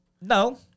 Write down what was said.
No